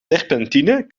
terpentine